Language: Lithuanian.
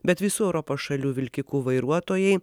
bet visų europos šalių vilkikų vairuotojai